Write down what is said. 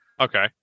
Okay